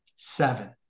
seven